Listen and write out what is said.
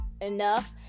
enough